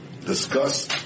discuss